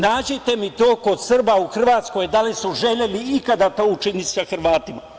Nađite mi to kod Srba u Hrvatskoj da li su želeli ikada to učiniti sa Hrvatima?